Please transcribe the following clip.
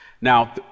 Now